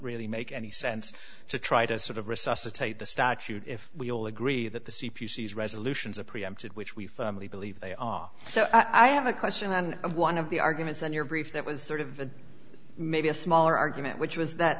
really make any sense to try to sort of resuscitate the statute if we all agree that the c p u sees resolutions of preempted which we firmly believe they are so i have a question and one of the arguments on your brief that was sort of maybe a smaller argument which was that